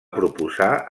proposar